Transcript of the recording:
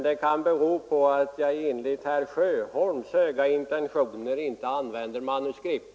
Det kan bero på att jag enligt herr Sjöholms höga intentioner inte använder manuskript.